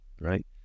right